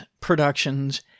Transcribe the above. productions